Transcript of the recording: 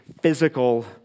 physical